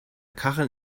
kacheln